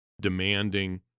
demanding